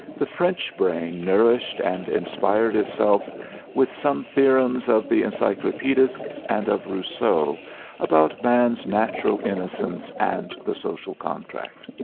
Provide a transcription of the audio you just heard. the french brain nourished and inspired itself with some theorems of the encyclopedists and of rousseau about man's natural innocence and the social contract.